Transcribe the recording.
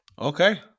Okay